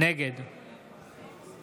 נגד